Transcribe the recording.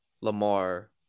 Lamar